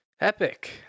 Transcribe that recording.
epic